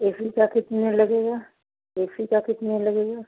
ए C का कितने लगेगा ए सी का कितना लगेगा